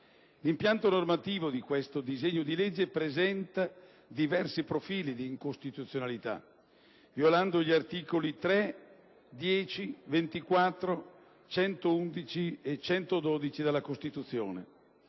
L'impianto normativo di questo disegno dì legge presenta diversi profili di incostituzionalità, violando gli articoli 3, 10, 24, 111 e 112 della Costituzione.